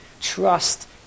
Trust